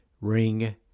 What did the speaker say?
ring